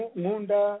munda